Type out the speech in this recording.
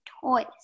toys